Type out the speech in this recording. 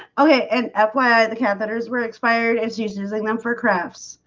okay, and apply the catheters were expired it's using them for crafts.